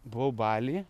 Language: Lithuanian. buvau baly